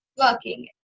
working